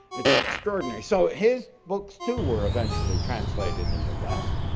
it's extraordinary. so, his books too were eventually translated in the west.